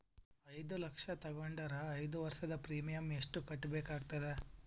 ಐದು ಲಕ್ಷ ತಗೊಂಡರ ಐದು ವರ್ಷದ ಪ್ರೀಮಿಯಂ ಎಷ್ಟು ಕಟ್ಟಬೇಕಾಗತದ?